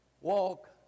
walk